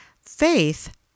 Faith